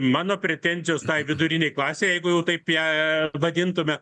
mano pretenzijos tai vidurinei klasei jeigu jau taip ją vadintume